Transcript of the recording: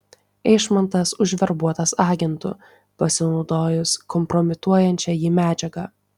eišmontas užverbuotas agentu pasinaudojus kompromituojančia jį medžiaga